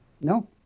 No